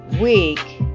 week